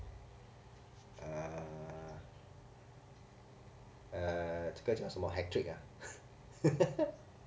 uh uh 这个叫什么 hectic ah